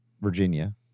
Virginia